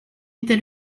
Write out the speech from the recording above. était